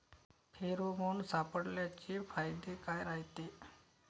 Pheromone सापळ्याचे फायदे काय रायते?